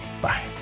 Bye